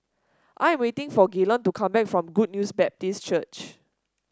I am waiting for Gaylon to come back from Good News Baptist Church